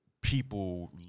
people